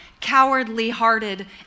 cowardly-hearted